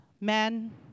Men